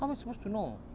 how am I supposed to know